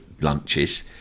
lunches